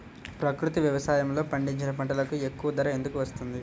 ప్రకృతి వ్యవసాయములో పండించిన పంటలకు ఎక్కువ ధర ఎందుకు వస్తుంది?